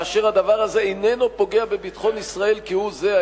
כאשר הדבר הזה איננו פוגע בביטחון ישראל כהוא זה,